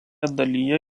dalyje